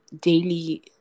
daily